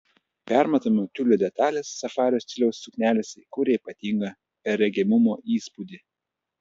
permatomo tiulio detalės safario stiliaus suknelėse kuria ypatingą perregimumo įspūdį